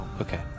Okay